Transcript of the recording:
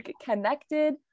connected